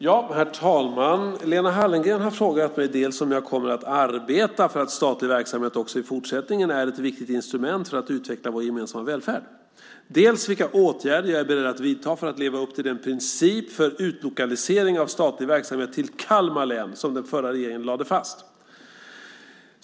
Herr talman! Lena Hallengren har frågat mig dels om jag kommer att arbeta för att statlig verksamhet också i fortsättningen är ett viktigt instrument för att utveckla vår gemensamma välfärd, dels vilka åtgärder jag är beredd att vidta för att leva upp till den princip för utlokalisering av statlig verksamhet till Kalmar län som den förra regeringen lade fast.